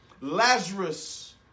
Lazarus